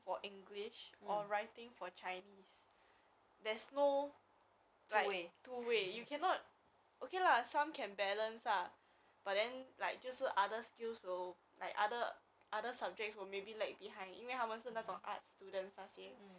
uh her progress so I I added her and then but of course lah I still using the classdojo because it's not nice to be using her personal mobile number to send text ah unless necessary